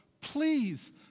Please